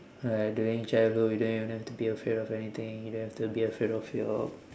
uh during childhood you don't even have to be afraid of anything you don't have to be afraid of your